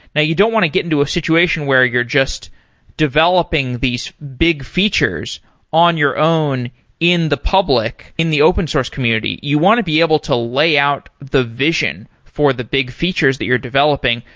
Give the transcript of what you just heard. now you don't want to get into a situation where you're just developing these big features on your own in the public, in the open-source community you want to be able to lay out the vision for the big features that you're developing,